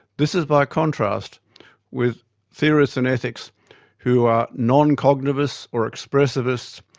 this is by contrast with theorists in ethics who are non-cognitivists or expressivists.